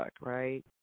right